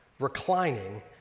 Reclining